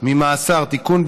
ממאסר (תיקון,